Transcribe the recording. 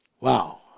wow